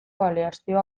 aleazioa